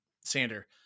sander